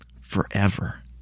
forever